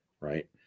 right